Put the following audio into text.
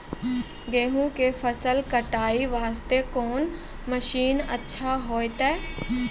गेहूँ के फसल कटाई वास्ते कोंन मसीन अच्छा होइतै?